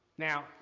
Now